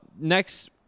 Next